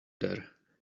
there